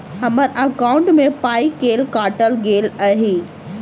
हम्मर एकॉउन्ट मे पाई केल काटल गेल एहि